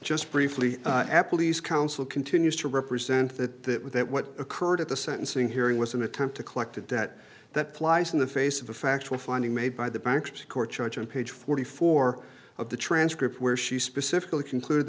just briefly appleby's counsel continues to represent that with that what occurred at the sentencing hearing was an attempt to collect a debt that flies in the face of the factual finding made by the bankruptcy court judge on page forty four of the transcript where she specifically concluded